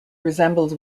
resembles